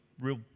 real